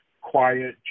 quiet